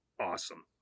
awesome